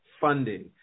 funding